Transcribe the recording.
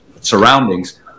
surroundings